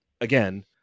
again